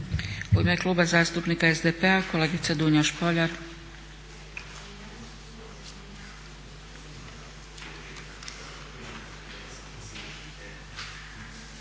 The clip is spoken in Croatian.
U ime Kluba zastupnika SDP-a kolegica Dunja Špoljar.